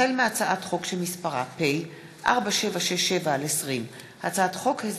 החל בהצעת חוק פ/4767/20 וכלה בהצעת חוק פ/4793/20: הצעת חוק